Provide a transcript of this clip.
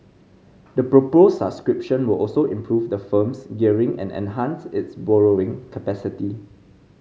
the proposed subscription will also improve the firm's gearing and enhance its borrowing capacity